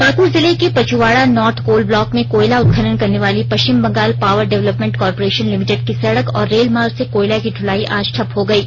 पाकुड़ जिले के Pachuwara north coal block में कोयला उत्खनन करने वाली Paschim Bengal power development corporation limited की सड़क और रेल मार्ग से कोयला की दुलाई आज ठप हो गयी